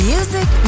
Music